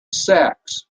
sacks